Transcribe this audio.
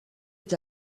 est